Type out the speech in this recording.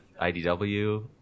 IDW